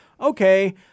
okay